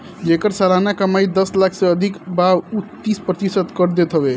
जेकर सलाना कमाई दस लाख से अधिका बा उ तीस प्रतिशत कर देत हवे